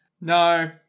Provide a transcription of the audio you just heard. No